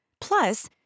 Plus